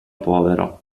povero